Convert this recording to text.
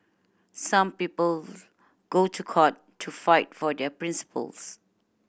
some people go to court to fight for their principles